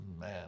man